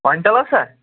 پنٛٹَلَس ہہ